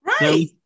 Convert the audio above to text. Right